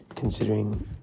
considering